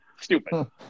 Stupid